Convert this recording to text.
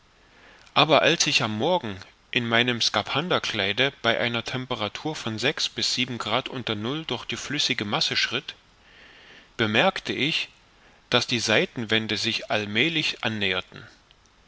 aber als ich am morgen in meinem skaphanderkleide bei einer temperatur von sechs bis sieben grad unter null durch die flüssige masse schritt bemerkte ich daß die seitenwände sich allmälig annäherten